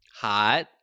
Hot